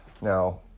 Now